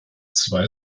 zwei